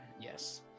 yes